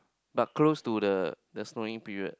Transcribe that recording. but close to the the snowing period